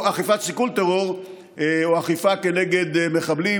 סיכול טרור או אכיפה כנגד מחבלים.